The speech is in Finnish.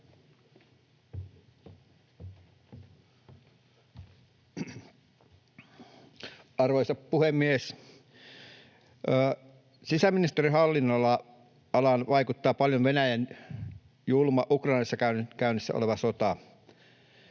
Arvoisa puhemies! Sisäministeriön hallinnonalaan vaikuttaa paljon Venäjän julma Ukrainassa käynnissä oleva sota.